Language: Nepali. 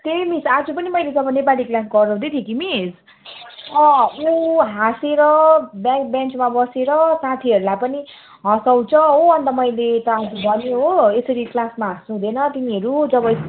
त्यही मिस आज पनि मैले जब नेपाली क्लास गराउँदै थिएँ कि मिस ऊ हाँसेर ब्याक बेन्चमा बसेर साथीहरूलाई पनि हसाउँछ हो अन्त मैले त भने हो यसरी क्लासमा हाँस्नु हुँदैन तिमीहरू जब